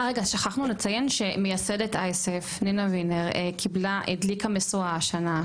שכחנו לציין שמייסדת אייסף נינה ויינר הדליקה משואה השנה,